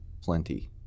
plenty